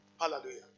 Hallelujah